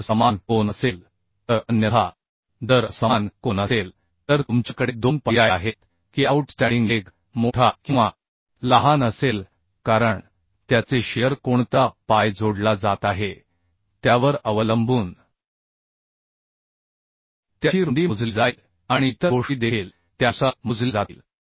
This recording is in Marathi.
जर समान कोन असेल तर अन्यथा जर असमान कोन असेल तर तुमच्याकडे दोन पर्याय आहेत की आउटस्टँडिंग लेग मोठा किंवा लहान असेल कारण त्याचे शिअर कोणता पाय जोडला जात आहे त्यावर अवलंबून त्याची रुंदी मोजली जाईल आणि इतर गोष्टी देखील त्यानुसार मोजल्या जातील